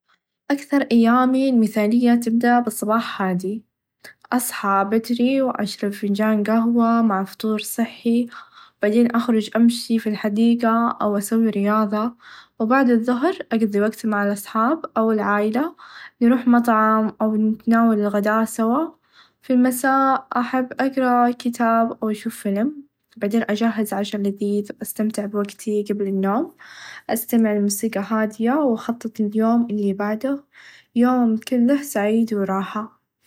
أكثر أيامي مثاليه تبدأ بصباح هادي أصحى بدري و أشرب فنچان قهوه مع فطور صحي بعدين أخرچ امشي في الحديقه او أسوي رياظه و بعد الظهر أقف دوقت مع الاصحاب او العايله نروح مطعم او نتناول الغداء سوا في المساء احب اقرا كتاب او اشوف فلم بدين أچهز عشا لذيذ استمتع بوقتي قبل النوم استمع ل موسيقى هاديه و اخطط لليوم الي بعده يوم كله سعيد وراحه.